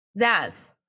Zaz